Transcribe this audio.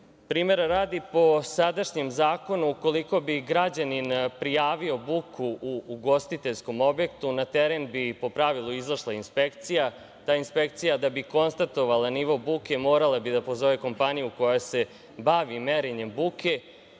izrade. Primera radi, po sadašnjem Zakonu, ukoliko bi građanin prijavio buku u ugostiteljskom objektu, na teren bi, po pravilu, izašla inspekcija. Ta inspekcija, da bi konstatovala nivo buke, morala bi da pozove kompaniju koja se bavi merenjem buke,